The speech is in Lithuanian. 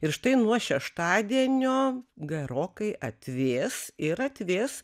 ir štai nuo šeštadienio gerokai atvės ir atvės